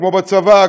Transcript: כמו בצבא,